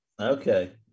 Okay